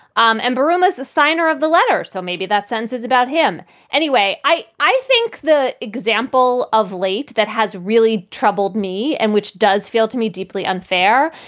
um and buruma is a signer of the letter. so maybe that sense is about him anyway. i, i think the example of late that has really troubled me and which does feel to me deeply unfair,